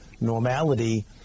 normality